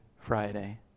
Friday